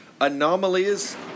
Anomalies